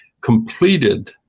completed